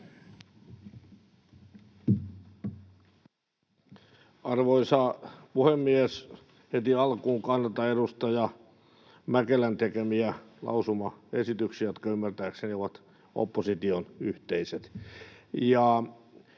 Arvoisa puhemies! Heti alkuun kannatan edustaja Mäkelän tekemiä lausumaesityksiä, jotka ymmärtääkseni ovat opposition yhteiset.